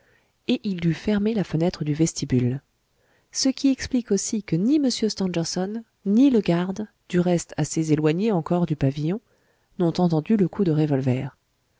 et il dut fermer la fenêtre du vestibule ce qui explique aussi que ni m stangerson ni le garde du reste assez éloignés encore du pavillon n'ont entendu le coup de revolver